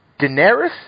Daenerys